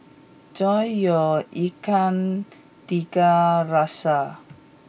enjoy your ikan Tiga Rasa